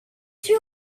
two